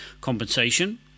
compensation